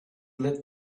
lit